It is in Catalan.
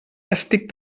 estic